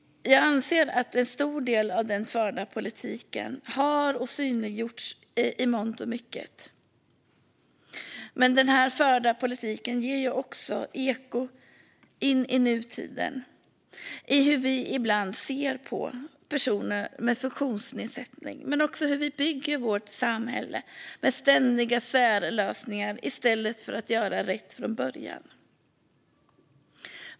Jag anser att en stor del av den förda politiken i mångt och mycket har osynliggjorts. Men den förda politiken ger också eko in i nutiden och i hur vi ibland ser på personer med funktionsnedsättning och även i hur vi bygger vårt samhälle med ständiga särlösningar i stället för att göra rätt från början.